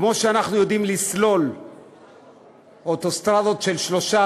כמו שאנחנו יודעים לסלול אוטוסטרדות של שלושה,